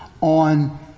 on